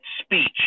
speech